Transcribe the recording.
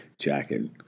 jacket